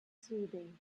soothing